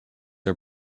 are